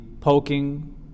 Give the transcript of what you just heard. poking